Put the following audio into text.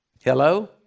hello